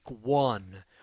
one